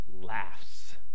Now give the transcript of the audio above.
laughs